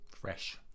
fresh